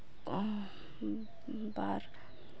ᱵᱟᱨ